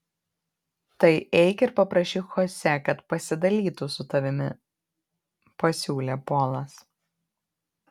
tai eik ir paprašyk chosė kad pasidalytų su tavimi pasiūlė polas